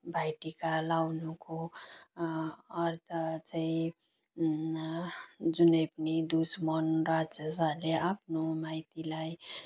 भाइटिका लगाउनुको अर्थ चाहिँ जुनै पनि दुस्मन राक्षसहरूले आफ्नो माइतीलाई